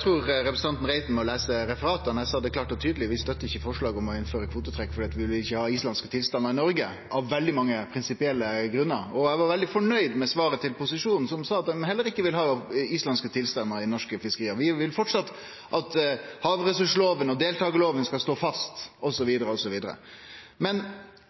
trur representanten Reiten må lese referata. Eg sa det klart og tydeleg: Vi støttar ikkje forslaget om å innføre kvotetrekk fordi vi ikkje vil ha islandske tilstandar i Noreg – av veldig mange prinsipielle grunnar. Og eg var veldig fornøgd med svaret til posisjonen, som sa at dei heller ikkje ville ha islandske tilstandar i norske fiskeri, vi vil framleis at havressursloven og deltakarloven skal stå fast, osv. Men